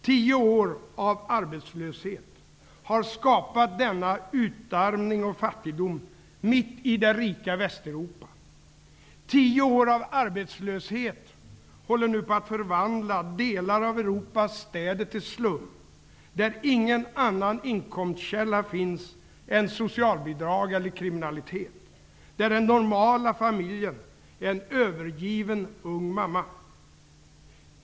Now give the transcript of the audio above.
Tio år av arbetslöshet har mitt i det rika Västeuropa skapat denna utarmning och fattigdom. Tio år av arbetslöshet håller nu på att förvandla delar av Europas städer till slum, där ingen annan inkomstkälla finns än socialbidrag eller kriminalitet. Där är den normala familjen en övergiven, ung mamma.